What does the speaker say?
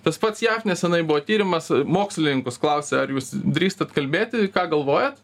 tas pats jav nesenai buvo tyrimas mokslininkus klausia ar jūs drįstat kalbėti ką galvojat